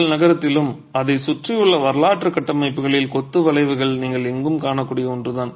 உங்கள் நகரத்திலும் அதைச் சுற்றிலும் உள்ள வரலாற்று கட்டமைப்புகளில் கொத்து வளைவுகள் நீங்கள் எங்கும் காணக்கூடிய ஒன்று தான்